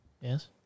Yes